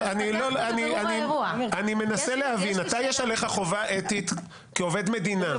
יש לך חובה אתית כעובד מדינה.